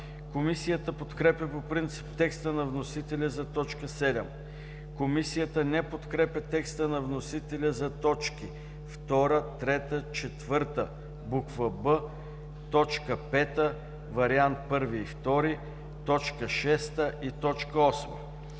Комисията подкрепя по принцип текста на вносителя за т. 7. Комисията не подкрепя текста на вносителя за т. 2, т. 3, т. 4, буква „б“, т. 5, вариант І и ІІ, т. 6 и т. 8.